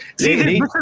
See